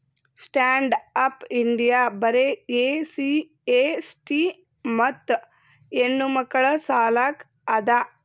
stand up India ಬರೆ SC ST ಮತ್ತ ಹೆಣ್ಣಮಕ್ಕುಳ ಸಲಕ್ ಅದ